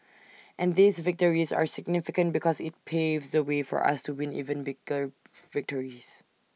and these victories are significant because IT paves the way for us to win even bigger victories